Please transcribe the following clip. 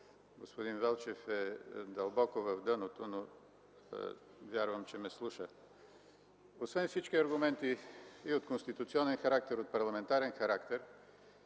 господин Велчев е дълбоко в дъното на залата, но вярвам, че ме слуша. Освен всички аргументи и от конституционен характер, и от парламентарен характер,